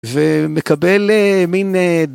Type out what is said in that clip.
ומקבל מין...